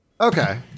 Okay